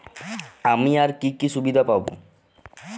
আমি আর কি কি সুবিধা পাব?